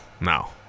now